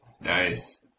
Nice